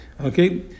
okay